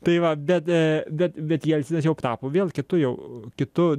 tai va bet e bet bet jelcinas jau tapo vėl kitu jau kitu